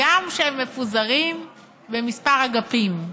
גם אם הם מפוזרים "במספר אגפים"?